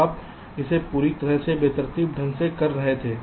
आप इसे पूरी तरह से बेतरतीब ढंग से कर रहे थे